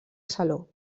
saló